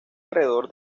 alrededor